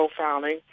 profiling